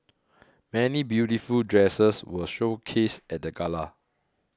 many beautiful dresses were showcased at the gala